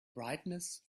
brightness